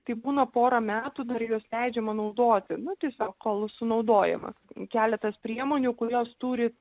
tai būna porą metų dar juos leidžiama naudoti nu tiesiog kol sunaudojama keletas priemonių kurios turi